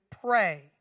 pray